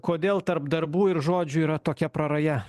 kodėl tarp darbų ir žodžių yra tokia praraja